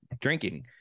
drinking